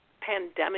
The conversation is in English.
pandemic